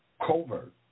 covert